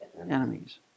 enemies